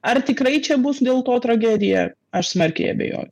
ar tikrai čia bus dėl to tragedija aš smarkiai abejoju